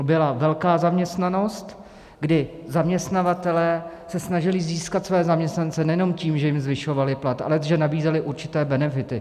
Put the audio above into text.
Byla velká zaměstnanost, kdy zaměstnavatelé se snažili získat své zaměstnance nejenom tím, že jim zvyšovali plat, ale že nabízeli určité benefity.